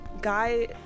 Guy